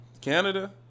Canada